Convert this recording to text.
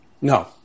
No